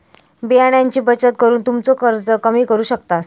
बियाण्यांची बचत करून तुमचो खर्च कमी करू शकतास